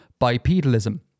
bipedalism